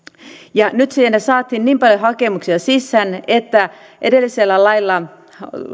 ja nyt siihen saatiin niin paljon hakemuksia sisään että edellisellä lailla